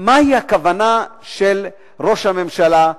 מהי הכוונה של ראש הממשלה,